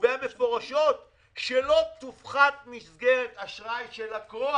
קובע במפורש שלא תופחת מסגרת אשראי של לקוח.